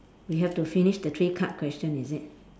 we have to finish the three card question is it